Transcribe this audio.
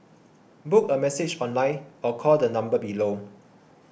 book a massage online or call the number below